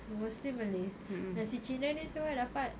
mostly malays yang si cina ni semua dapat